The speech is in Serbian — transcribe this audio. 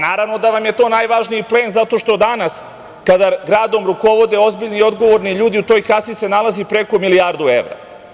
Naravno da vam je to najvažniji plen zato što danas kada gradom rukovode ozbiljni i odgovorni ljudi, u toj kasi se nalazi preko milijardu evra.